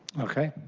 okay.